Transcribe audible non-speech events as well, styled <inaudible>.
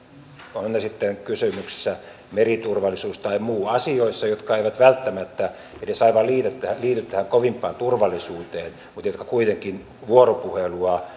on sitten kysymyksessä meriturvallisuus tai muu asioissa jotka eivät välttämättä edes aivan liity tähän kovimpaan turvallisuuteen mutta jotka kuitenkin vuoropuhelua <unintelligible>